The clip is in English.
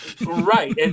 Right